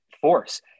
force